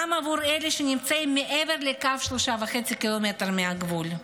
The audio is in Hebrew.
גם עבור אלה שנמצאים מעבר לקו 3.5 ק"מ מהגבול.